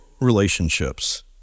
relationships